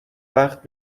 وقت